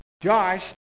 Josh